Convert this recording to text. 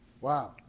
Wow